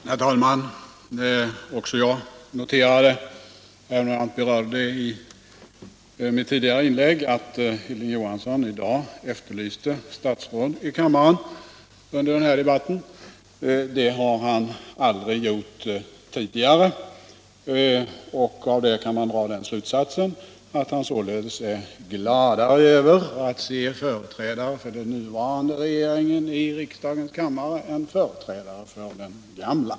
Herr talman! Också jag noterade — som jag bl.a. berörde i mitt tidigare inlägg — att Hilding Johansson i dag efterlyste statsråd i kammaren under denna debatt. Det har Hilding Johansson aldrig gjort tidigare. Av det kan man dra slutsatsen att han är gladare över att se företrädare för den nya regeringen i riksdagens kammare än företrädare för den gamla.